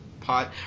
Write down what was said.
Pot